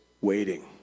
waiting